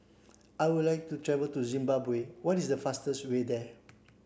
I would like to travel to Zimbabwe what is the fastest way there